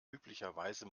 üblicherweise